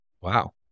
Wow